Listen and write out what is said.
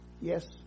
yes